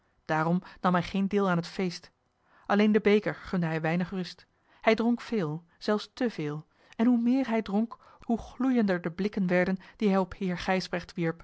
daarom nam hij geen deel aan het feest alleen den beker gunde hij weinig rust hij dronk veel zelfs te veel en hoe meer hij dronk hoe gloeiender de blikken werden die hij